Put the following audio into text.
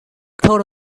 thought